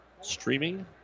streaming